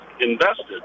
invested